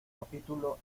capítulo